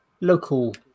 local